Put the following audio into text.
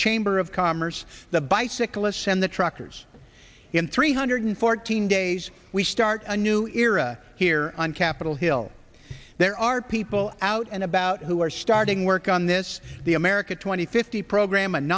chamber of commerce the bicyclists and the truckers in three hundred fourteen days we start a new era here on capitol hill there are people out and about who are starting work on this the america twenty fifty program